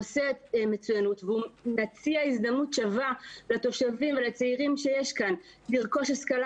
עושה מצוינות ומציע הזדמנות שווה לצעירים שיש כאן לרכוש השכלה